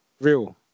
Real